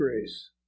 grace